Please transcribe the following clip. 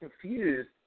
confused